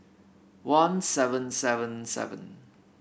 one seven seven seven